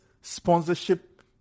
sponsorship